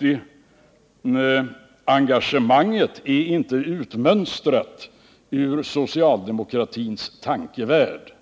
80-engagemanget inte är utmönstrat ur socialdemokratins tankevärld.